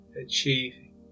achieving